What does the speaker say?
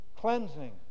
cleansing